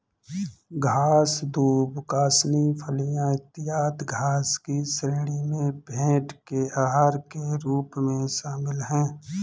घास, दूब, कासनी, फलियाँ, इत्यादि घास की श्रेणी में भेंड़ के आहार के रूप में शामिल है